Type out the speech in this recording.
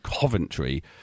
Coventry